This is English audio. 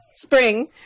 spring